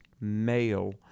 male